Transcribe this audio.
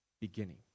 beginning